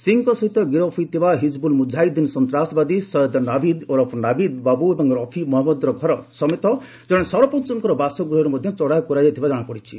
ସିଂଙ୍କ ସହିତ ଗିରଫ ହୋଇଥିବା ହିକିବୁଲ ମୁକାହିଦ୍ଦିନ ସନ୍ତାସବାଦୀ ସୟଦ ନାଭିଦ୍ ଓରଫ ନାଭିଦ ବାବୁ ଓ ରଫି ଅହମ୍ମଦର ଘର ସମେତ ଜଣେ ସରପଞ୍ଚଙ୍କ ବାସଗୃହରେ ମଧ୍ୟ ଚଢାଉ କରାଯାଇଥିବା ଜଣାପଡିଛି